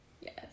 Yes